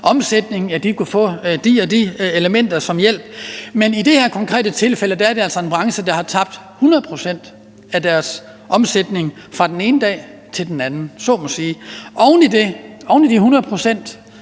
omsætning, kan få de og de elementer som hjælp. Men i det her konkrete tilfælde er det altså en branche, der har tabt 100 pct. af deres omsætning fra den ene dag til den anden – så at sige. Og oven i de 100 pct.